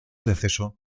deceso